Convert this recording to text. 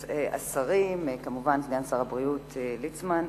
השרים, כמובן סגן שר הבריאות ליצמן,